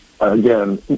Again